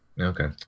Okay